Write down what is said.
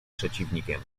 przeciwnikiem